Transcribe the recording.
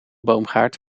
boomgaard